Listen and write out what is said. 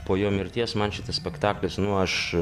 po jo mirties man šitas spektaklis nu aš